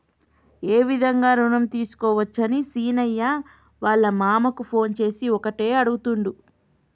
ఏ విధంగా రుణం తీసుకోవచ్చని సీనయ్య వాళ్ళ మామ కు ఫోన్ చేసి ఒకటే అడుగుతుండు